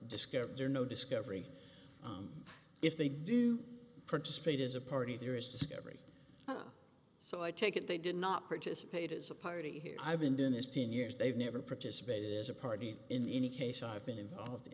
discover there no discovery if they do participate as a party there is discovery so i take it they did not participate as a party here i've been doing this ten years they've never participated is a party in any case i've been involved